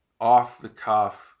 off-the-cuff